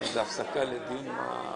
אוקיי.